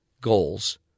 goals